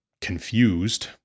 confused